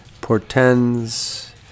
portends